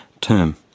term